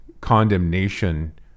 condemnation